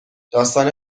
داستان